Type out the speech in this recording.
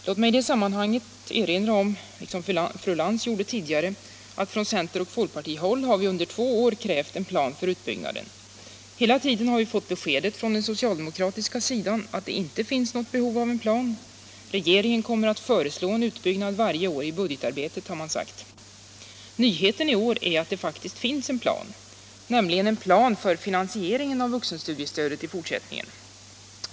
Låt mig i det sammanhanget erinra om, liksom fru Lantz gjorde tidigare, att från center och folkpartihåll har vi under två år krävt en plan för utbyggnaden. Hela tiden har vi fått beskedet från den socialdemokratiska sidan att det inte finns något behov av en plan. Regeringen kommer att föreslå en utbyggnad varje år, i budgetarbetet, har man sagt. Nyheten i år är att det faktiskt finns en plan, nämligen en plan för finansieringen av vuxenstudiestödet i fortsättningen.